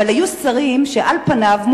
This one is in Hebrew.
אבל היו שרים שעל פניו,